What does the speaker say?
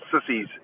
sissies